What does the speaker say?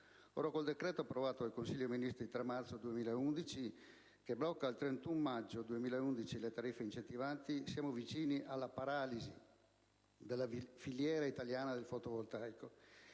Con il decreto approvato dal Consiglio dei ministri il 3 marzo 2011, che blocca al 31 maggio 2011 le tariffe incentivanti, siamo vicini alla paralisi della filiera italiana del fotovoltaico